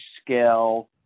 scale